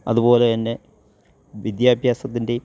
അതുപോലെ തന്നെ വിദ്യാഭ്യാസത്തിൻ്റെയും